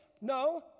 No